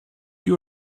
you